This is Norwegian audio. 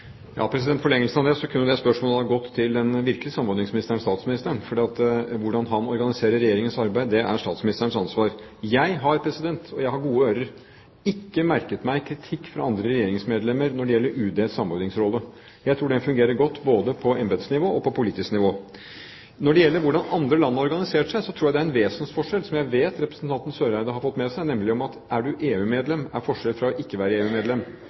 forlengelsen av det kunne dette spørsmålet gått til den virkelige samordningsministeren, statsministeren, for hvordan han organiserer Regjeringens arbeid, er statsministerens ansvar. Jeg har – og jeg har gode ører – ikke merket meg kritikk fra andre regjeringsmedlemmer når det gjelder UDs samordningsrolle. Jeg tror den fungerer godt både på embetsnivå og på politisk nivå. Når det gjelder hvordan andre land organiserer seg, tror jeg det er en vesensforskjell, som jeg vet representanten Eriksen Søreide har fått med seg, nemlig om man er